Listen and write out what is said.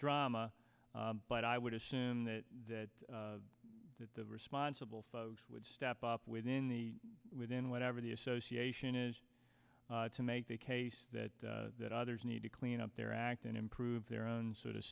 drama but i would assume that the responsible folks would step up within the within whatever the association is to make the case that that others need to clean up their act and improve their own sort of